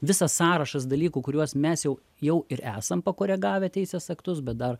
visas sąrašas dalykų kuriuos mes jau jau ir esam pakoregavę teisės aktus bet dar